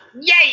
Yay